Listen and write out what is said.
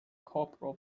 corporal